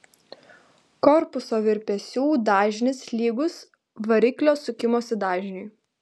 korpuso virpesių dažnis lygus variklio sukimosi dažniui